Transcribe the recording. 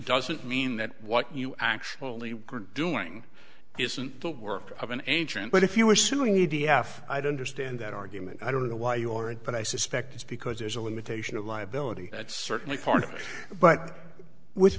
doesn't mean that what you actually are doing isn't the work of an ancient but if you were suing you d f i don't understand that argument i don't know why your it but i suspect it's because there's a limitation of liability that's certainly part of it but with